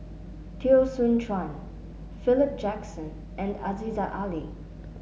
Teo Soon Chuan Philip Jackson and Aziza Ali